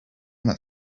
that